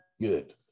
Good